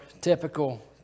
typical